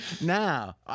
now